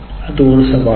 அது ஒரு சவால்